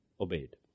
obeyed